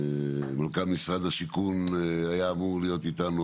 מנכ"ל משרד השיכון היה אמור להיות איתנו,